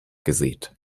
gesät